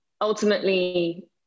Ultimately